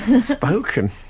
Spoken